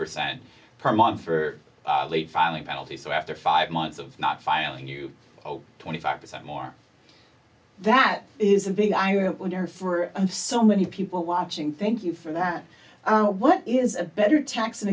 percent per month for late filing penalty so after five months of not filing you owe twenty five percent more that is a big eye opener for of so many people watching thank you for that what is a better tax and